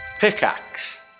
Pickaxe